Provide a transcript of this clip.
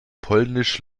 polnisch